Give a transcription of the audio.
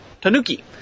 Tanuki